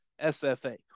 SFA